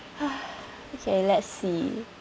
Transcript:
okay let's see